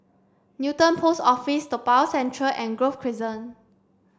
Newton Post Office Toa Payoh Central and Grove Crescent